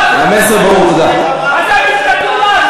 צפון-קוריאה?